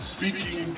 Speaking